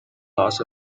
loss